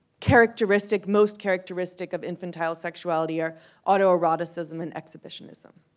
characteristic most characteristic of infantile sexuality are autoeroticism and exhibitionism